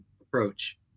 approach